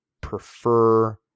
prefer